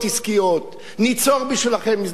ניצור בשבילכם הזדמנויות עסקיות.